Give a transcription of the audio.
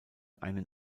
einen